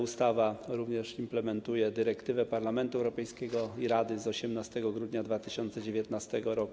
Ustawa również implementuje dyrektywę Parlamentu Europejskiego i Rady z 18 grudnia 2019 r.